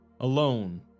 alone